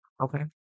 okay